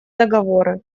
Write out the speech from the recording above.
договоры